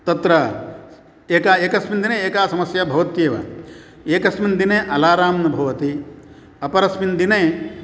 तत्र एका एकस्मिन् दिने एका समस्या भवत्येव एकस्मिन् दिने अलाराम् न भवति अपरेस्मिन् दिने